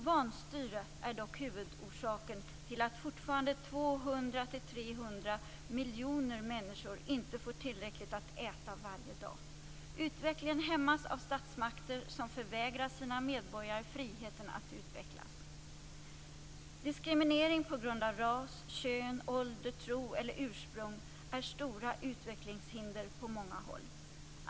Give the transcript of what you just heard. Vanstyre är dock huvudorsaken till att fortfarande 200-300 miljoner människor inte får tillräckligt att äta varje dag. Utvecklingen hämmas av statsmakter som förvägrar sina medborgare friheten att utvecklas. Diskriminering på grund av ras, kön, ålder, tro eller ursprung skapar stora utvecklingshinder på många håll.